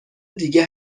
دیگه